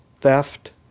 Theft